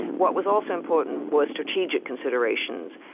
what was also important was strategic considerations.